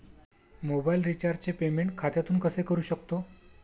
Mobile रिचार्जचे payment खात्यातून कसे करू शकतो?